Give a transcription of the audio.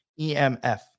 EMF